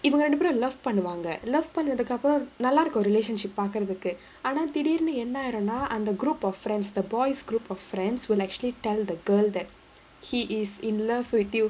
இவங்க ரெண்டு பேரும்:ivanga rendu perum love பண்ணுவாங்க:pannuvaanga love பண்ணதுக்கு அப்பறம் நல்லாருக்கும்:pannathukku apparam nallaarukkum relationship பாக்குறதுக்கு ஆனா திடீர்னு என்னாயிருனா:paakkurathukku aanaa thideernu ennaayiruna under group of friends the boys' group of friends will actually tell the girl that he is in love with you